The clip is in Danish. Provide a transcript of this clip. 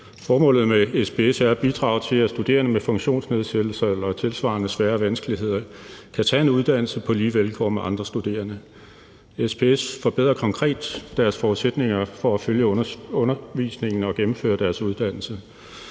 Formålet med SPS er at bidrage til, at studerende med funktionsnedsættelser eller tilsvarende svære vanskeligheder kan tage en uddannelse på lige vilkår med andre studerende. SPS forbedrer konkret deres forudsætninger for at følge undervisningen og gennemføre deres uddannelse.